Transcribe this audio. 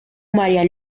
maría